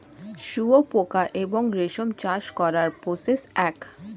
শুয়োপোকা এবং রেশম চাষ করার প্রসেস এক